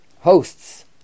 hosts